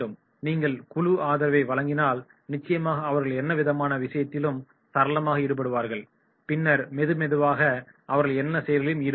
நீங்கள் முழு ஆதரவை வழங்கினால் நிச்சயமாக அவர்கள் எல்லா விதமான விஷயத்திலும் சரளமாக ஈடுபடுவார்கள் பின்னர் மெது மெதுவாக அவர்கள் எல்லா செயலிலும் ஈடுபடுவார்கள்